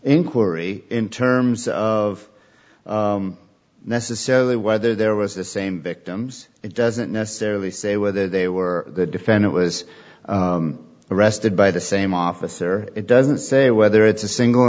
inquiry in terms of necessarily whether there was the same victims it doesn't necessarily say whether they were the defendant was arrested by the same officer it doesn't say whether it's a single